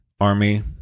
army